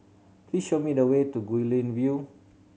please show me the way to Guilin View